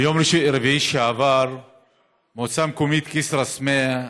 ביום רביעי שעבר המועצה המקומית כסרא-סמיע,